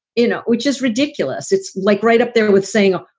you know, which is ridiculous. it's like right up there with saying,